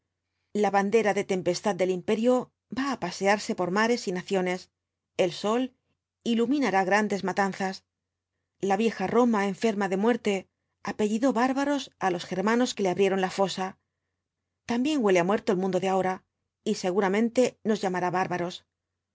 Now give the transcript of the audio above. la bandera de tempestad del imperio va á pasearse por mares y naciones el sol iluminará grandes matanzas la vieja roma enferma de muerte apellidó bárbaros á los germanos que le abrieron la fosa también huele á muerto el mundo de ahora y seguramente nos llamará bárbaros